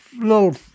little